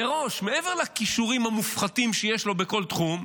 מראש, מעבר לכישורים המופחתים שיש לו בכל תחום,